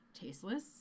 tasteless